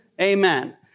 Amen